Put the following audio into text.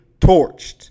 torched